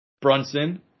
Brunson